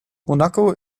monaco